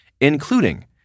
including